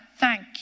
thank